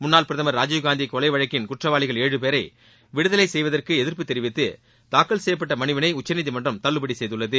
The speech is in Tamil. முன்னாள் பிரதமர் ராஜீவ் காந்தி கொலை வழக்கில் குற்றவாளிகள் ஏழு பேரை விடுதலை செய்வதற்கு எதிர்ப்பு தெரிவித்து தாக்கல் செய்யப்பட்ட மனுவினை உச்சநீதிமன்றம் தள்ளுபடி செய்துள்ளது